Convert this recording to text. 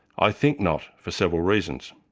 i think not, for several reasons.